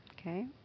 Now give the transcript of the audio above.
Okay